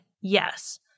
yes